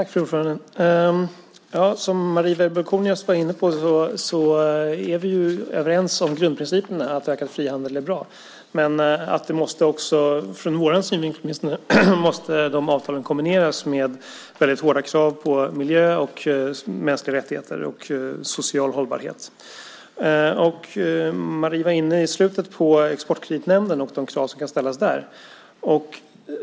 Fru talman! Som Marie Weibull Kornias var inne på är vi ju överens om grundprincipen, att ökad frihandel är bra. Men dessa avtal måste också, åtminstone från vår synvinkel, kombineras med väldigt hårda krav på miljö, mänskliga rättigheter och social hållbarhet. Marie var i slutet av sitt anförande inne på Exportkreditnämnden och de krav som ska ställas där.